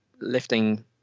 lifting